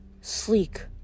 sleek